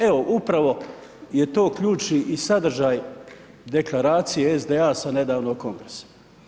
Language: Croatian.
Evo, upravo je to ključni i sadržaj deklaracije SDA sa nedavnog kongresa.